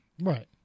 right